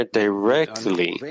directly